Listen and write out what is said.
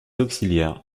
auxiliaires